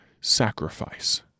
sacrifice